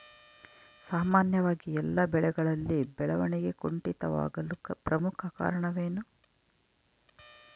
ಸಾಮಾನ್ಯವಾಗಿ ಎಲ್ಲ ಬೆಳೆಗಳಲ್ಲಿ ಬೆಳವಣಿಗೆ ಕುಂಠಿತವಾಗಲು ಪ್ರಮುಖ ಕಾರಣವೇನು?